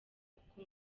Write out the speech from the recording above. kuko